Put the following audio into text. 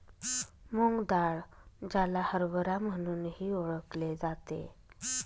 मूग डाळ, ज्याला हरभरा म्हणूनही ओळखले जाते